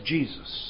Jesus